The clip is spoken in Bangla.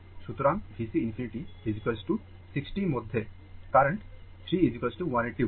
সুতরাং VC ∞ 60 মধ্যে কারেন্ট 3 180 volt